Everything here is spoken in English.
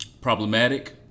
problematic